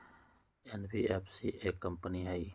NBFC एक company हई?